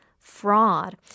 Fraud